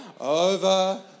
Over